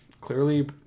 clearly